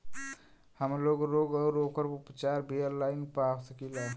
हमलोग रोग अउर ओकर उपचार भी ऑनलाइन पा सकीला?